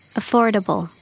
affordable